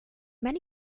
many